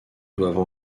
doivent